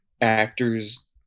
actors